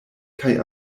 kaj